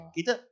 Kita